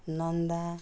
नन्द